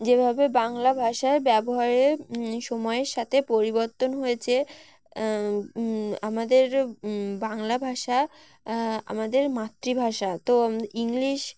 যেভাবে বাংলা ভাষার ব্যবহারে সময়ের সাথে পরিবর্তন হয়েছে আমাদের বাংলা ভাষা আমাদের মাতৃভাষা তো ইংলিশ